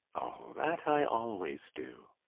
oh, that i always do.